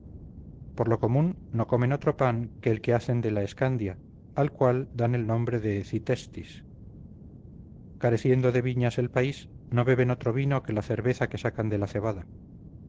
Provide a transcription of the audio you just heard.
por lo común no comen otro pan que el que hacen de la escandia al cual dan el nombre de cytestis careciendo de viñas el país no beben otro vino que la cerveza que sacan de la cebada